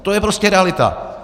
To je prostě realita.